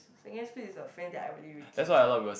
secondary school is the friends that I really will keep sia